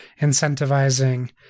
incentivizing